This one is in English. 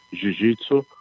jiu-jitsu